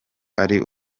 ari